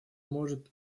может